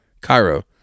cairo